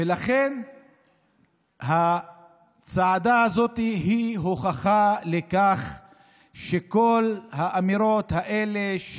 ולכן הצעדה הזאת היא הוכחה לכך שכל האמירות האלה,